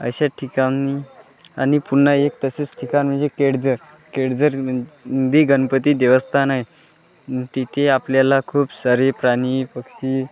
अशा ठिकाणी आणि पुन्हा एक तसेच ठिकाण म्हणजे केळझर केळझरमध्ये गणपती देवस्थान आहे तिथे आपल्याला खूप सारे प्राणी पक्षी